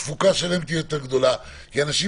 התפוקה שלהם תהיה יותר גדולה כי לאנשים